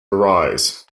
arise